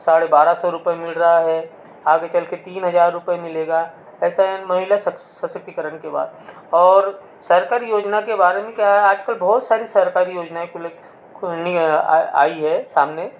साढ़े बारह सौ मिल रहा है आगे चलकर तीन हज़ार रूपये मिलेगा ऐसा है महिला सशक्तिकरण के बाद और सरकारी योजना के बारे में क्या है आजकल बहुत सारी सरकारी योजनाएँ खुल खुलनी है आई है सामने